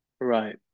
Right